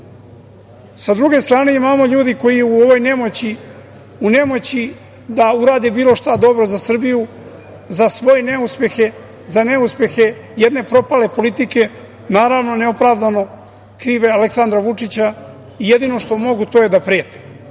druge strane imamo ljude koji u ovoj nemoći, u nemoći da urade bilo šta dobro za Srbiju, za svoje neuspehe, za neuspehe jedne propale politike, naravno neopravdano krive Aleksandra Vučića, jedino što mogu to je da